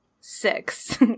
six